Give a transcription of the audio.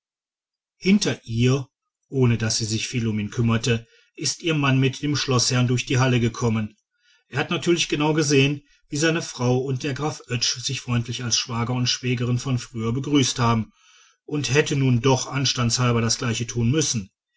hinter ihr ohne daß sie sich viel um ihn kümmerte ist ihr mann mit dem schloßherrn durch die halle gekommen er hat natürlich genau gesehen wie seine frau und der graf oetsch sich freundlich als schwager und schwägerin von früher begrüßt haben und hätte nun doch anstandshalber das gleiche tun müssen